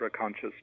conscious